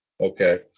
okay